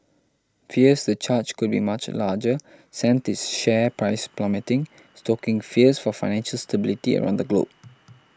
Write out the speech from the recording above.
fears the charge could be much larger sent its share price plummeting stoking fears for financial stability around the globe